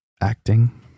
acting